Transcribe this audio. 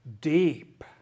deep